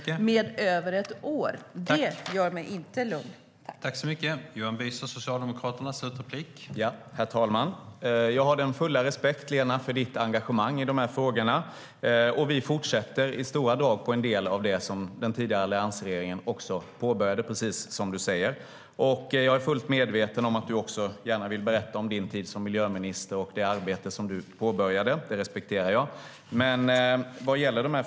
Det gör mig inte lugn.